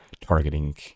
targeting